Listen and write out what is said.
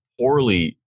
poorly